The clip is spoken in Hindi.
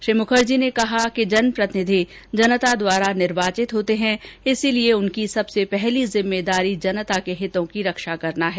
श्री मुखर्जी ने कहा कि जनप्रतिनिधि जनता द्वारा निर्वाचित होते है इसलिए उनकी सबसे पहली जिम्मदारी जनता के हितों की रक्षा करना है